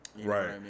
Right